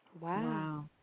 Wow